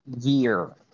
year